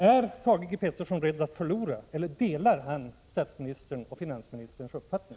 Är Thage G. Peterson rädd att förlora, eller delar han statsministerns och finansministerns uppfattning?